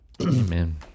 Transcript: amen